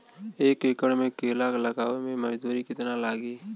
एक एकड़ में केला लगावे में मजदूरी कितना लागी?